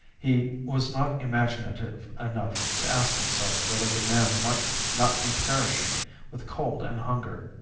he was not imaginative enough to ask himself whether the man might not be perishing with cold and hunger.